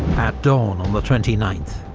at dawn on the twenty ninth,